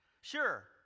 Sure